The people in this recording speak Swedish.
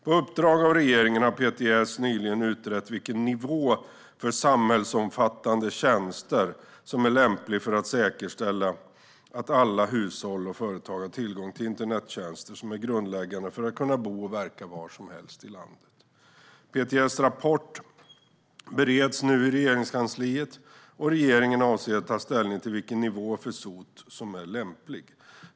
På uppdrag av regeringen har PTS nyligen utrett vilken nivå för samhällsomfattande tjänster, SOT, som är lämplig för att säkerställa att alla hushåll och företag har tillgång till internettjänster som är grundläggande för att kunna bo och verka var som helst i landet. PTS rapport bereds nu i Regeringskansliet, och regeringen avser att ta ställning till vilken nivå för SOT som är lämplig.